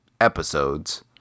episodes